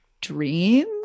dream